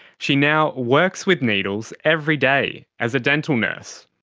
she now works with needles every day as a dental nurse.